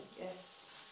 Yes